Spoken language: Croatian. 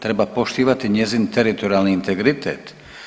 Treba poštivati njezin teritorijalni integritet.